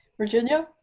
virginia.